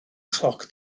chloc